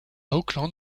oakland